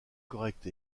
correcte